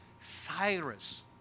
Cyrus